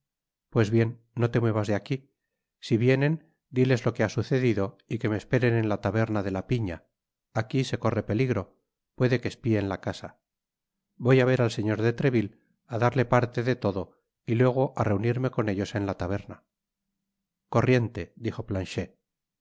pues bien no te muevas de aquí si vienen diles lo que ha sucedido y que me esperen en la taberna de la pina aquí se corre peligro puede que espíen la casa voy á ver al señor de treville á darle parte de todo y luego á reunirme con ellos p a taberna comente dijo p